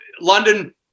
London